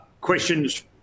questions